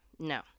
No